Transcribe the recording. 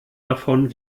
davon